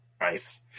Nice